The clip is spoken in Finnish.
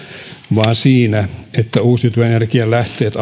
vaan siinä että uusiutuvan energian lähteet